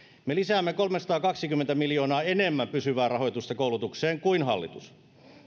me lisäämme kolmesataakaksikymmentä miljoonaa enemmän pysyvää rahoitusta koulutukseen kuin hallitus